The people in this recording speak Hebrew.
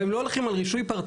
גם אם לא הולכים על רישוי פרטני,